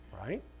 right